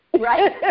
Right